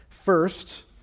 First